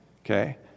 Okay